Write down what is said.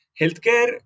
Healthcare